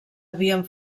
havien